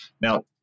Now